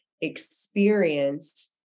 experience